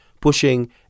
pushing